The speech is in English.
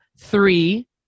three